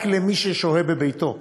רק למי ששוהה בביתו,